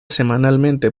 semanalmente